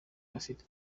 bafite